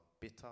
bitter